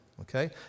okay